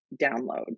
download